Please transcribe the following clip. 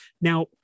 Now